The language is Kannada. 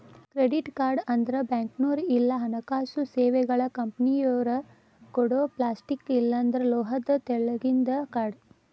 ಕ್ರೆಡಿಟ್ ಕಾರ್ಡ್ ಅಂದ್ರ ಬ್ಯಾಂಕ್ನೋರ್ ಇಲ್ಲಾ ಹಣಕಾಸು ಸೇವೆಗಳ ಕಂಪನಿಯೊರ ಕೊಡೊ ಪ್ಲಾಸ್ಟಿಕ್ ಇಲ್ಲಾಂದ್ರ ಲೋಹದ ತೆಳ್ಳಗಿಂದ ಕಾರ್ಡ್